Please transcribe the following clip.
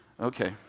Okay